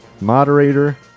moderator